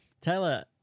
taylor